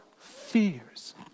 fears